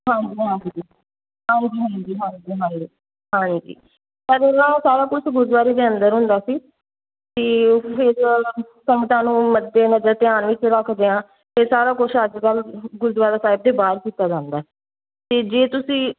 ਹਾਂਜੀ ਹਾਂਜੀ ਹਾਂਜੀ ਹਾਂਜੀ ਹਾਂਜੀ ਹਾਂਜੀ ਹਾਂਜੀ ਪਹਿਲਾਂ ਸਾਰਾ ਕੁਛ ਗੁਰਦੁਆਰੇ ਦੇ ਅੰਦਰ ਹੁੰਦਾ ਸੀ ਅਤੇ ਫਿਰ ਸੰਗਤਾਂ ਨੂੰ ਮੱਦੇ ਨਜ਼ਰ ਧਿਆਨ ਵਿੱਚ ਰੱਖਦਿਆਂ ਅਤੇ ਸਾਰਾ ਕੁਛ ਅੱਜ ਕੱਲ੍ਹ ਗੁਰਦੁਆਰਾ ਸਾਹਿਬ ਦੇ ਬਾਹਰ ਕੀਤਾ ਜਾਂਦਾ ਅਤੇ ਜੇ ਤੁਸੀਂ